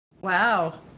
Wow